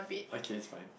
okay it's fine